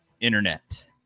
internet